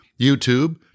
YouTube